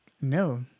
no